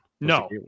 No